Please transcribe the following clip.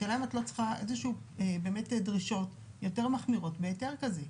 השאלה אם את לא צריכה דרישות יותר מחמירות בהיתר כזה.